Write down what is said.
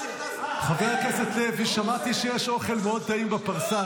חבר הכנסת לוי, שמעתי שיש אוכל מאוד טעים בפרסה.